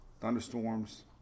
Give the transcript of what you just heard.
thunderstorms